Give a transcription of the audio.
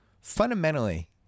fundamentally